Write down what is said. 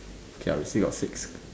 okay ah we still got six